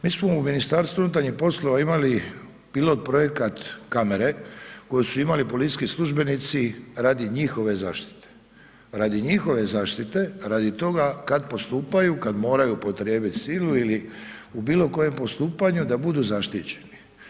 Mi smo u MUP-u imali pilot-projekat kamere koji su imali policijski službenici radi njihove zaštite, radi njihove zaštite, radi toga kad postupaju, kad moraju upotrijebiti silu ili u bilo kojem postupanju, da budu zaštićeni.